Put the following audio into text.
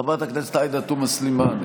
חברת הכנסת עאידה תומא סלימאן,